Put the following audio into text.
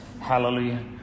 Hallelujah